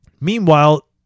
Meanwhile